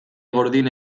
gordin